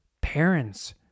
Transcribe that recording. parents